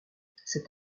cette